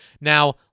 Now